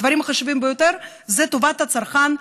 הדברים החשובים ביותר הם טובת הצרכן,